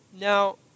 Now